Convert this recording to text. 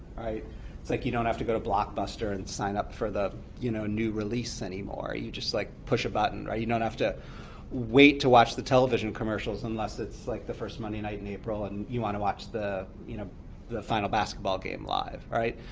like you don't have to go to blockbuster and sign up for the you know new release anymore. you just like push a button. you don't have to wait to watch the television commercials unless it's like the first monday night in april and you want to watch the you know the final basketball game live.